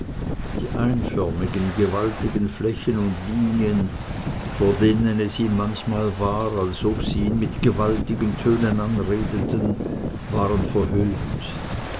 die einförmigen gewaltigen flächen und linien vor denen es ihm manchmal war als ob sie ihn mit gewaltigen tönen anredeten waren verhüllt